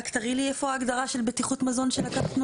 רק תראי לי איפה ההגדרה של בטיחות מזון שלקחת,